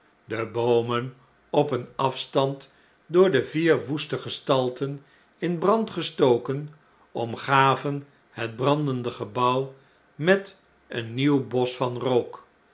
de boomen op een afstand door de vier woeste gestalten in brand gestoken omgaven het brandende gebouw met een nieuw bosch van rook